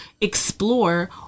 explore